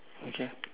okay